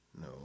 No